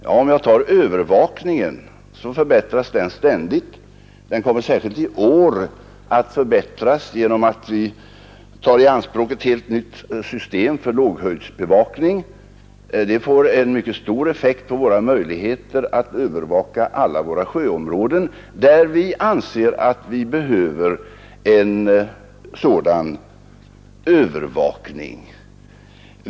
Vad gäller övervakningen så förbättras den ständigt. Den kommer särskilt i år att förbättras genom att vi tar i anspråk ett helt nytt system för låghöjdsbevakning. Det får en mycket stor effekt på våra möjligheter att övervaka alla våra sjöområden, där vi anser att vi behöver en sådan övervakning.